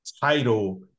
title